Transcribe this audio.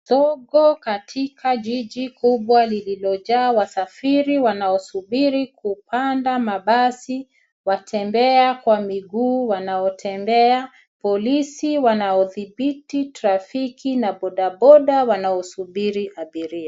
Zogo katika jiji kubwa lililojaa wasafiri wanaosubiri kupanda mabasi, watembea kwa miguu wanaotembea, polisi wanaodhibiti trafiki na bodaboda wanaosubiri abiria.